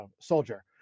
soldier